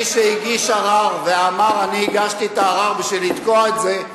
מי שהגיש ערר ואמר: אני הגשתי את הערר כדי לתקוע את זה,